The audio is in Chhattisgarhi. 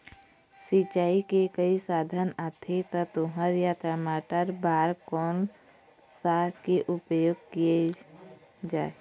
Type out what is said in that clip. सिचाई के कई साधन आहे ता तुंहर या टमाटर बार कोन सा के उपयोग किए जाए?